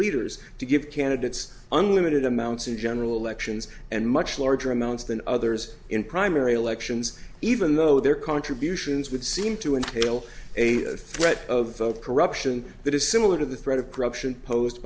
leaders to give candidates unlimited amounts in general elections and much larger amounts than others in primary elections even though their contributions would seem to entail a threat of corruption that is similar to the threat of corruption posed